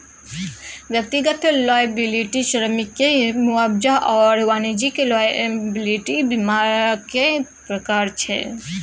व्यक्तिगत लॉयबिलटी श्रमिककेँ मुआवजा आओर वाणिज्यिक लॉयबिलटी बीमाक प्रकार छै